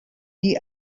die